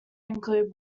include